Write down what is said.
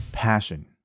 passion